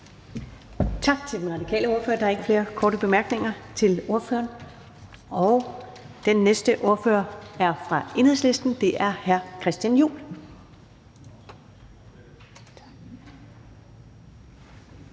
Tak til den radikale ordfører. Der er ikke flere korte bemærkninger til ordføreren. Den næste ordfører er fra Enhedslisten, og det er hr. Christian Juhl.